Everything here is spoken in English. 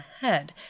head